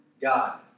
God